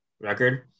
record